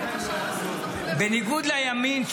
בניגוד לימין,